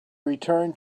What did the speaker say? returned